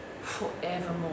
forevermore